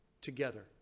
together